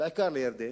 בעיקר לירדן.